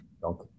donc